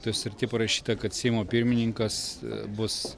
toj sutarty parašyta kad seimo pirmininkas bus